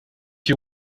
you